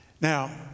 Now